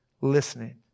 listening